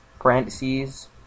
parentheses